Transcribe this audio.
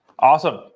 Awesome